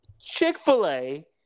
Chick-fil-A